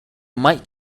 might